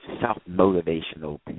self-motivational